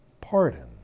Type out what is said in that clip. pardon